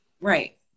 Right